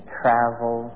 travel